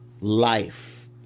life